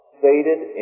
stated